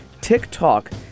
TikTok